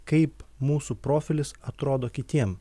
kaip mūsų profilis atrodo kitiem